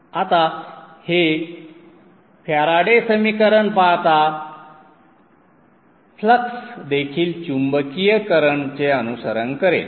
आता हे फॅरेडे समीकरण पाहता फ्लक्स देखील चुंबकीय करंटचे अनुसरण करेल